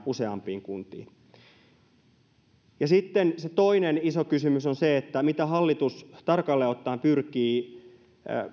useampiin kuntiin sitten se toinen iso kysymys on se mitä hallitus tarkalleen ottaen pyrkii